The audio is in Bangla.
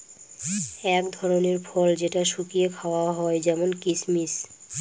এক ধরনের ফল যেটা শুকিয়ে খাওয়া হয় যেমন কিসমিস